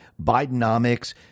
Bidenomics